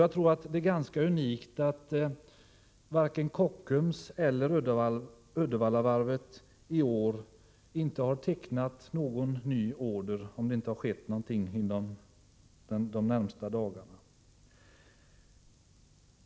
Jag tror att det är unikt att varken Kockums eller Uddevallavarvet i år har tecknat någon ny order — om det inte skett någonting under de senaste dagarna.